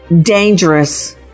dangerous